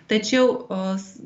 tačiau os